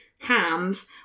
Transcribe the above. hands